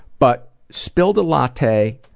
but spilled a latte,